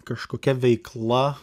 kažkokia veikla